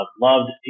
loved